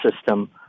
system